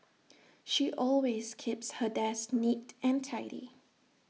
she always keeps her desk neat and tidy